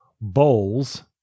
bowls